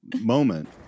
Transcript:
moment